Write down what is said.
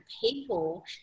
people